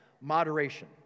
moderation